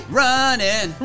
running